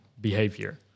behavior